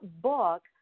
book